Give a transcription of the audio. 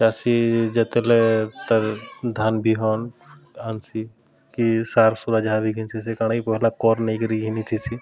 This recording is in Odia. ଚାଷୀ ଯେତେବେଲେ ତା'ର ଧାନ୍ ବିହନ୍ ଆନ୍ସି କି ସାର୍ସୁରା ଯାହା ବି ଘିନ୍ସି ସେ କା'ଣା କି ପହେଲା କର୍ ନେଇକିରି ଘିନିଥିସି